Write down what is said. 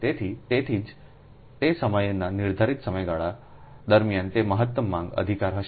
તેથી તેથી જ તે સમયના નિર્ધારિત સમયગાળા દરમિયાન તે મહત્તમ માંગ અધિકાર હશે